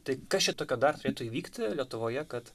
tai kas čia tokio dar turėtų įvykti lietuvoje kad